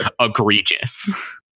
egregious